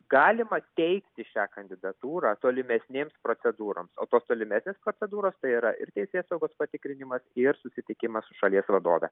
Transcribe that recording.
galima teikti šią kandidatūrą tolimesnėms procedūroms o tos tolimesnės procedūros tai yra ir teisėsaugos patikrinimas ir susitikimas su šalies vadove